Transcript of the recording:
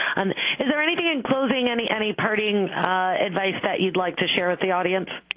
and is there anything in closing, any any parting advice that you'd like to share with the audience?